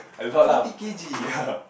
forty k_g